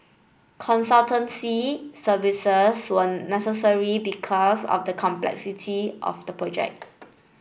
consultancy services were necessary because of the complexity of the project